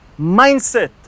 mindset